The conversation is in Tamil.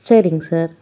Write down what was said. சரிங்க சார்